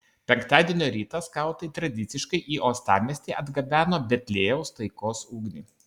penktadienio rytą skautai tradiciškai į uostamiestį atgabeno betliejaus taikos ugnį